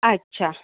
अच्छा